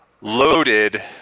Loaded